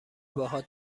باهات